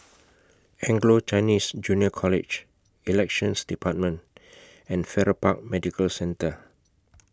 Anglo Chinese Junior College Elections department and Farrer Park Medical Centre